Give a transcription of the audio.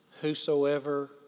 whosoever